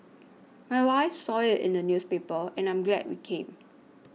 my wife saw it in the newspaper and I'm glad we came